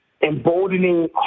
Emboldening